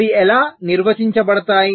అవి ఎలా నిర్వచించబడతాయి